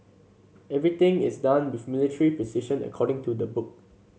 everything is done with military precision according to the book